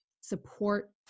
support